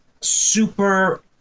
super